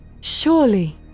Surely